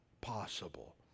possible